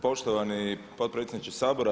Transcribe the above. Poštovani potpredsjedniče Sabora.